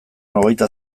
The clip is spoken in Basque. hogeita